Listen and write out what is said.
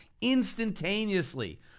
instantaneously